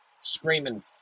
Screaming